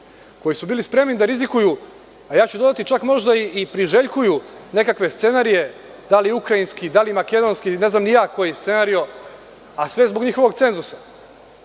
koji su bili spremni da rizikuju, a ja ću dodati čak možda i priželjkuju nekakve scenarije, da li ukrajinski, da li makedonski, ne znam ni ja koji scenario, a sve zbog njihovog cenzusa,